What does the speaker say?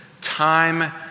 time